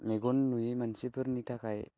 मेगन नुयि मानसिफोरनि थाखाय